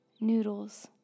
noodles